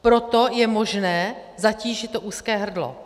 Proto je možné zatížit to úzké hrdlo.